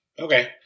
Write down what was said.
okay